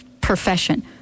profession